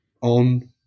on